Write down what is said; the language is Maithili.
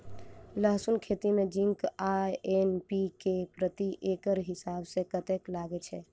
लहसून खेती मे जिंक आ एन.पी.के प्रति एकड़ हिसाब सँ कतेक लागै छै?